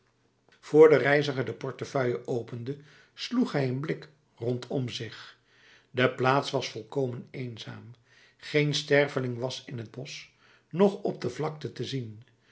vr de reiziger de portefeuille opende sloeg hij een blik rondom zich de plaats was volkomen eenzaam geen sterveling was in het bosch noch op de vlakte te zien